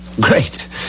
Great